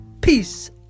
Peace